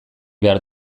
behar